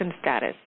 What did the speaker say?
status